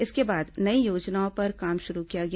इसके बाद नई योजना पर काम शुरू किया गया